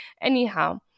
Anyhow